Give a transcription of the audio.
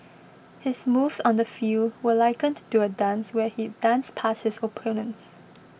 his moves on the field were likened to a dance where he'd 'dance' past his opponents